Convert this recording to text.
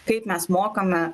kaip mes mokame